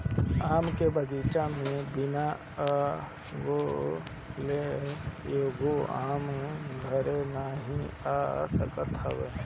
आम के बगीचा में बिना अगोरले एगो आम घरे नाइ आ सकत हवे